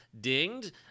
dinged